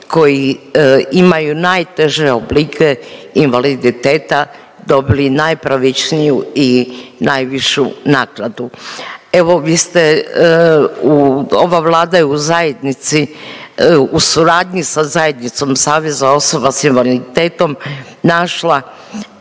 koji imaju najteže oblike invaliditeta dobili najpravičniju i najvišu naknadu. Evo vi ste, ova Vlada je u zajednici u suradnji sa zajednicom Saveza osoba sa invaliditetom našla